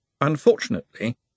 Unfortunately